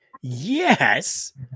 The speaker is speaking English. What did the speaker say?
Yes